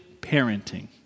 parenting